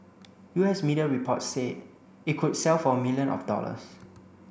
U S media reports say it could sell for million of dollars